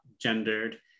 gendered